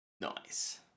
Nice